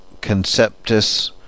conceptus